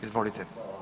Izvolite.